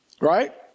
Right